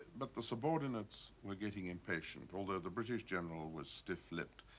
but the subordinates were getting impatient, although the british general was stiff lipped.